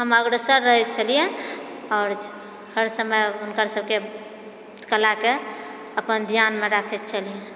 हम अग्रसर रहै छलियै आओर हर समय हुनकर सभके कलाके अपन ध्यानमे राखैत छलियै